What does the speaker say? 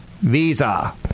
Visa